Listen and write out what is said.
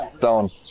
Down